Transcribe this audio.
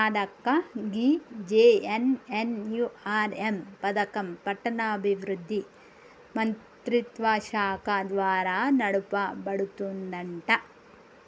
రాధక్క గీ జె.ఎన్.ఎన్.యు.ఆర్.ఎం పథకం పట్టణాభివృద్ధి మంత్రిత్వ శాఖ ద్వారా నడపబడుతుందంట